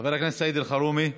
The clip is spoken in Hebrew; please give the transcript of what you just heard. חבר הכנסת סעיד אלחרומי,